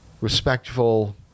respectful